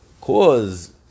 cause